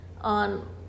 on